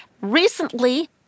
Recently